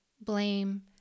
blame